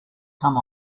come